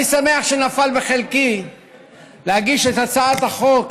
אני שמח שנפל בחלקי להגיש את הצעת החוק